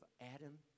Adam